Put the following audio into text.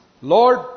Lord